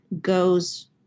goes